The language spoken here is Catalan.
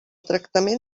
tractament